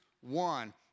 one